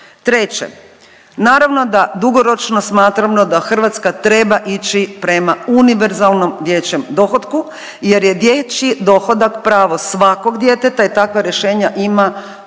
Treće, naravno da dugoročno smatramo da Hrvatska treba ići prema univerzalnom dječjem dohotku jer je dječji dohodak pravo svakog djeteta i takva rješenja ima